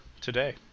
today